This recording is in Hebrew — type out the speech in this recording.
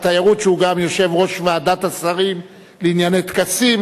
15 בעד, אין מתנגדים, אין נמנעים.